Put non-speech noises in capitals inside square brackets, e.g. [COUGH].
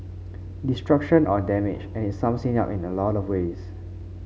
destruction or damage and it sums [UNINTELLIGIBLE] [UNINTELLIGIBLE] in a lot of ways